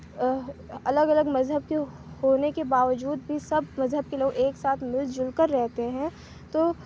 الگ الگ مذہب کے ہونے کے باوجود بھی سب مذہب کے لوگ ایک ساتھ مل جل کر رہتے ہیں تو